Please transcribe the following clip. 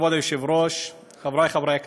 כבוד היושב-ראש, חבריי חברי הכנסת,